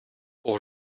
pour